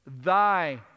thy